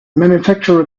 manufacturer